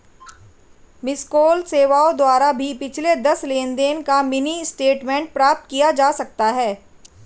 miss call सेवाओं द्वारा भी पिछले दस लेनदेन का मिनी स्टेटमेंट प्राप्त किया जा सकता है